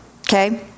Okay